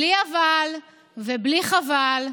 בלי אבל ובלי חבל.